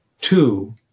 Two